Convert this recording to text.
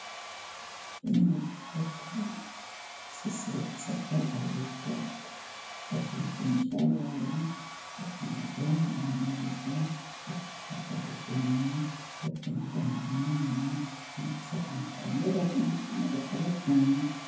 Kubyina ni byiza cyane, bisusurutsa ababikora babyina imishayayo, babyina imiharimizo, babyinira abageni babyina mu nama, binjiza amafaranga atandukanye akabatunga.